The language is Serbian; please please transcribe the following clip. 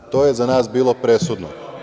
To je za nas bilo presudno.